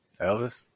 Elvis